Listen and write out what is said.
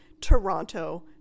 Toronto